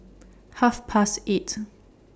Half Past eight